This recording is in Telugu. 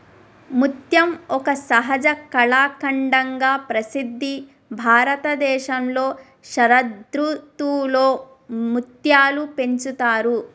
ముత్యం ఒక సహజ కళాఖండంగా ప్రసిద్ధి భారతదేశంలో శరదృతువులో ముత్యాలు పెంచుతారు